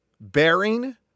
bearing